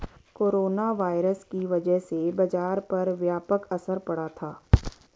corona virus की वजह से बाजार पर व्यापक असर पड़ा था